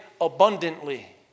abundantly